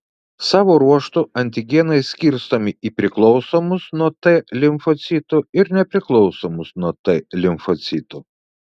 savo ruožtu antigenai skirstomi į priklausomus nuo t limfocitų ir nepriklausomus nuo t limfocitų